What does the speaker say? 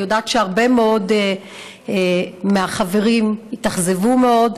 אני יודעת שהרבה מאוד מהחברים התאכזבו מאוד.